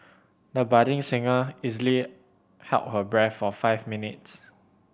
the budding singer easily held her breath for five minutes